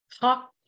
talk